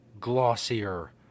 glossier